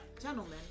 gentlemen